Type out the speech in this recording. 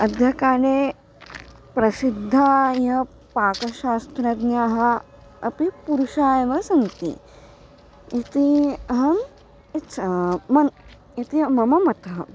अद्यकाले प्रसिद्धा यः पाकशास्त्रज्ञाः अपि पुरुषाः एव सन्ति इति अहम् इच्छा मम इति मम मतम्